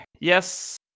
Yes